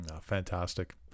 fantastic